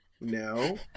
No